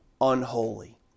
unholy